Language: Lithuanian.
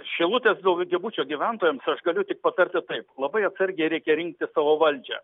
šilutės daugiabučio gyventojams aš galiu tik patarti taip labai atsargiai reikia rinkti savo valdžią